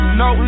no